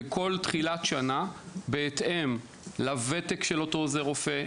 וכל תחילת שנה בהתאם לוותק של אותו עוזר רופא,